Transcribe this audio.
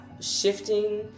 shifting